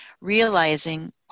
realizing